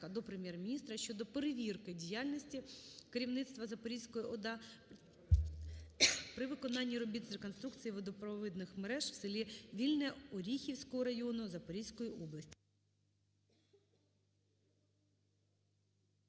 до Прем'єр-міністра щодо перевірки діяльності керівництва Запорізької ОДА при виконанні робіт з реконструкції водопровідних мереж в селі Вільне, Оріхівського району, Запорізької області.